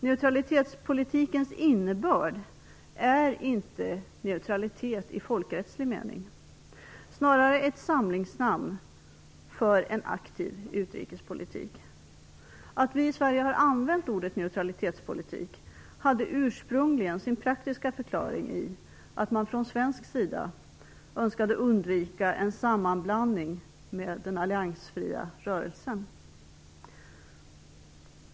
Neutralitetspolitikens innebörd är inte neutralitet i folkrättslig mening, utan snarare ett samlingsnamn på en aktiv utrikespolitik. Att vi i Sverige har använt ordet neutralitetspolitik har ursprungligen sin praktiska förklaring i att man från svensk sida önskade undvika en sammanblandning med den alliansfria rörelsen.